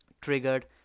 triggered